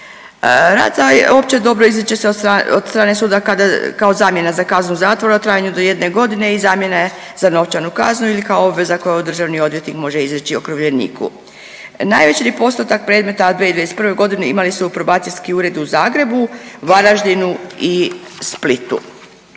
Rad za opće dobro izriče se od strane suda kada kao zamjena za kaznu zatvora u trajanju od 1 godine i zamjene za novčanu kaznu ili kao obveza koju državni odvjetnik može izreći okrivljeniku. Najveći postotak predmeta u 2021. godini imali su probacijski uredi u Zagrebu, Varaždinu i Splitu.